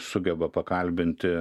sugeba pakalbinti